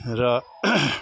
र